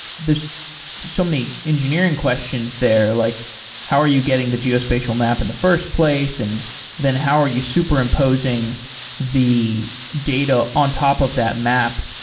there's so many engineering questions there, like how are you getting the geospatial map in the first place and then how are you superimposing the data on top of that map?